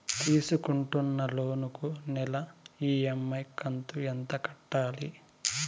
తీసుకుంటున్న లోను కు నెల ఇ.ఎం.ఐ కంతు ఎంత కట్టాలి?